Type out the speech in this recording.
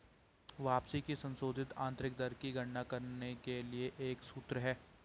वापसी की संशोधित आंतरिक दर की गणना करने के लिए एक सूत्र है